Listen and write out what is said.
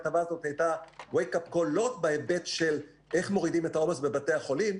הכתבה הזאת הייתה לא רק בהיבט של איך מורידים את העומס בבתי החולים,